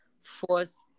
force